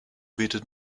bietet